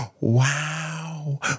wow